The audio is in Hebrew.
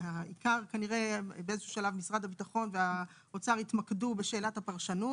כנראה באיזשהו שלב משרד הביטחון והאוצר התמקדו בשאלת הפרשנות,